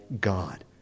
God